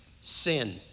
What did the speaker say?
sin